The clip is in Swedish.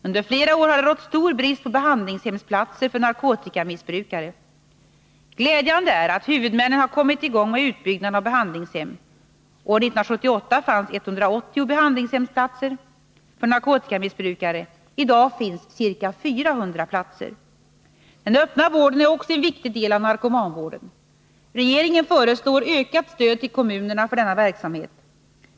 Under flera år har det rått stor brist på behandlingshemsplatser för narkotikamissbrukare. Glädjande är att huvudmännen har kommit i gång med utbyggnaden av behandlingshem. År 1978 fanns 180 behandlingshemsplatser för narkotikamissbrukare. I dag finns ca 400 platser. Den öppna vården är också en viktig del av narkomanvården. Regeringen föreslår ökat stöd till kommunerna för denna verksamhet.